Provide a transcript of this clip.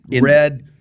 Red